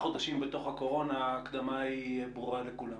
חודשים בתוך הקורונה היא ברורה לכולם.